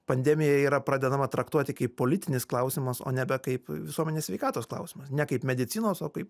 pandemija yra pradedama traktuoti kaip politinis klausimas o nebe kaip visuomenės sveikatos klausimas ne kaip medicinos o kaip